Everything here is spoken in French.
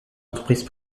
entreprises